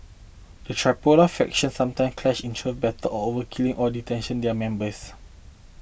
the Tripoli factions sometime clash in turf battle or over killing or detention their members